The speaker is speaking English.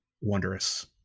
wondrous